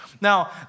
Now